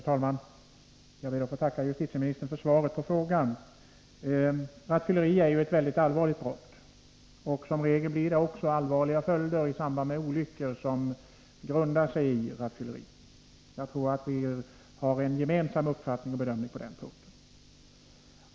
Herr talman! Jag ber att få tacka justitieministern för svaret på frågan. Rattfylleri är ju ett mycket allvarligt brott, och som regel får det allvarliga följder i form av olyckor. Jag tror att vi har en gemensam uppfattning på den punkten.